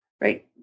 right